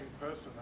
person